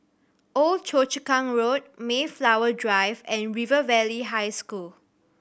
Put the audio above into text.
Old Choa Chu Kang Road Mayflower Drive and River Valley High School